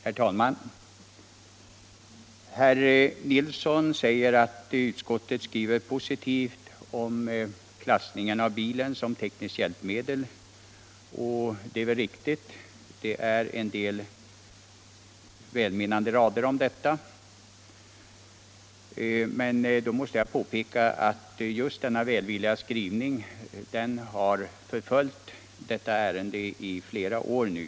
Herr talman! Herr Nilsson i Kristianstad säger att utskottet skriver positivt om klassningen av bilen som tekniskt hjälpmedel. Det är riktigt att det i detta avseende förekommer en del välmenande rader. Men jag måste då påpeka att denna välvilliga skrivning har förföljt detta ärende i flera år.